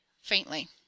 faintly